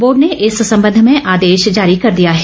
board ने इस संबंध में आदेश जारी कर दिया है